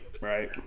right